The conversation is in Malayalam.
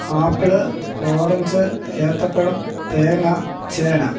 ആപ്പിള് ഓറഞ്ച് ഏത്തപ്പഴം തേങ്ങ ചേന